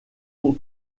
ont